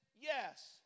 Yes